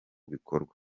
bikorwa